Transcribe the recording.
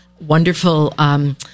wonderful